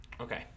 Okay